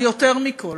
אבל יותר מכול,